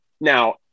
Now